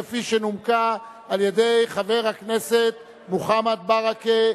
כפי שנומקה על-ידי חבר הכנסת מוחמד ברכה.